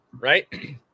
right